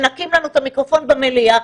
מנקים לנו את המיקרופון במליאה,